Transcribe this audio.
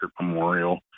Memorial